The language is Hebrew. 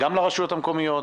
גם לרשויות המקומיות,